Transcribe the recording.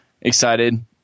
excited